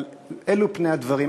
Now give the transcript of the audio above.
אבל אלה פני הדברים.